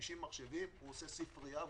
עושים ספרייה,